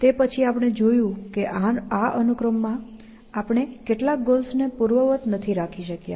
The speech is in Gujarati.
તે પછી આપણે જોયું કે આ અનુક્રમમાં આપણે કેટલાક ગોલ્સને પૂર્વવત્ નથી રાખ્યા